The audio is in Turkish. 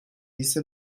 ise